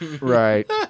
Right